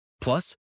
Plus